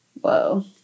Whoa